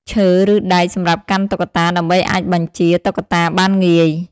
ឈើ ឬដែកសម្រាប់កាន់តុក្កតា ដើម្បីអាចបញ្ជាតុក្កតាបានងាយ។